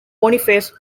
boniface